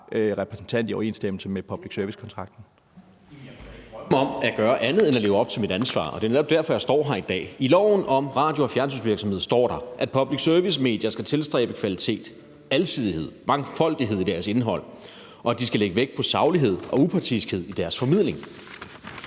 repræsentanter i overensstemmelse med public service-kontrakten.